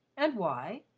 and why?